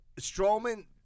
Strowman